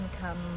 come